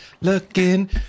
Looking